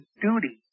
duty